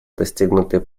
достигнутый